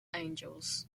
angels